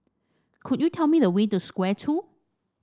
could you tell me the way to Square Two